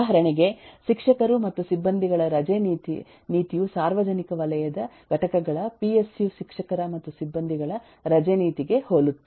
ಉದಾಹರಣೆಗೆ ಶಿಕ್ಷಕರು ಮತ್ತು ಸಿಬ್ಬಂದಿಗಳ ರಜೆ ನೀತಿಯು ಸಾರ್ವಜನಿಕ ವಲಯದ ಘಟಕಗಳ ಪಿ ಎಸ್ ಯು ಶಿಕ್ಷಕರ ಮತ್ತು ಸಿಬ್ಬಂದಿಗಳ ರಜೆ ನೀತಿಗೆ ಹೋಲುತ್ತದೆ